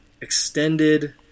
extended